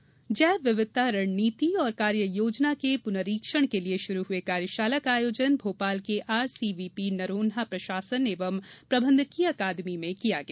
जैव विविधता कार्यशाला जैव विविधता रणनीति और कार्य योजना के पुनरीक्षण के लिये शुरू हुए कार्यशाला का आयोजन भोपाल के आरसीवीपी नरोन्हा प्रशासन एवं प्रबंधकीय अकादमी में किया गया